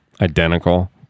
identical